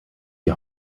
die